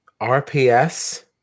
RPS